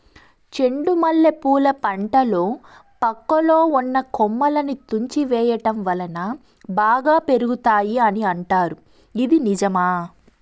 చెండు మల్లె పూల పంటలో పక్కలో ఉన్న కొమ్మలని తుంచి వేయటం వలన బాగా పెరుగుతాయి అని అంటారు ఇది నిజమా?